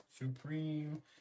supreme